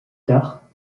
tard